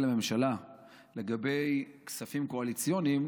של הממשלה לגבי כספים קואליציוניים,